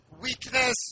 weakness